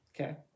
Okay